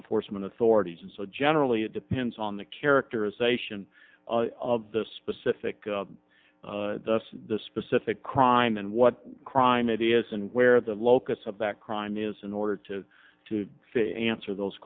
enforcement authorities and so generally it depends on the characterization of the specific the specific crime and what crime it is and where the locus of that crime is in order to answer those